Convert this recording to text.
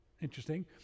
interesting